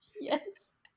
Yes